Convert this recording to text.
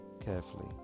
carefully